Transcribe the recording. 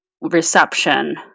reception